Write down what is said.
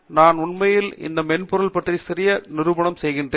நான் உண்மையில் இந்த மென்பொருள் பற்றி சிறிய நிரூபணம் செய்கிறேன்